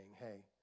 Hey